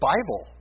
Bible